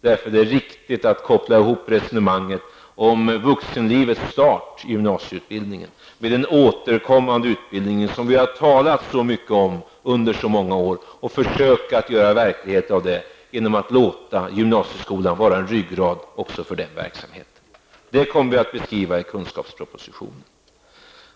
Det är därför riktigt att koppla ihop resonemanget om vuxenlivets start i gymnasieutbildningen med den återkommande utbildningen som vi har talat så mycket om under så många år och försöka att göra verklighet av det genom att låta gymnasieskolan vara en ryggrad även för den verksamheten. Det kommer vi att beskriva i kunskapspropositionen.